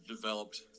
developed